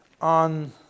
on